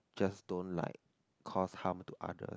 just don't like cause harm to others